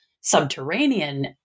subterranean